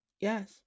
yes